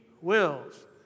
wills